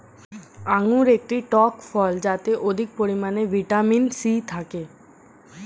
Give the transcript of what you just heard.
আঙুর একটি টক ফল যাতে অধিক পরিমাণে ভিটামিন সি থাকে